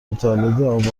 متولدین